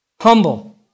humble